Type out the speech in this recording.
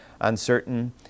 uncertain